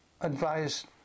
advised